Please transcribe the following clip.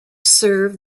serve